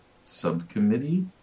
subcommittee